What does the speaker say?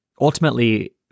ultimately